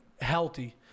healthy